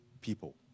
people